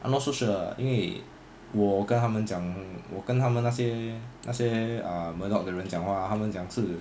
I'm not so sure ah 因为我跟他们讲我跟他们那些那些 ah murdoch 的人讲话他们讲是